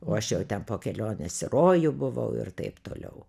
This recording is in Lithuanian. o aš jau ten po kelionės į rojų buvau ir taip toliau